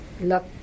luck